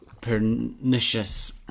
pernicious